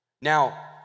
Now